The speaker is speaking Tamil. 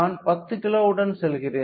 நான் 10 கிலோவுடன் செல்கிறேன்